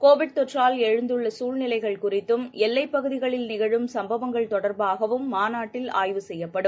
Covid தொற்றால் எழுந்துள்ளசூழ்நிலைகள் குறித்தும் எல்லைப் பகுதிகளில் நிகழும் சம்பவங்கள் தொடர்பாகவும் மாநாட்டில் ஆய்வு செய்ய்ப்படும்